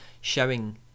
showing